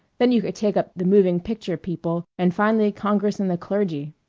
then you could take up the moving picture people, and finally congress and the clergy.